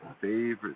favorite